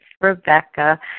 Rebecca